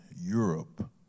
Europe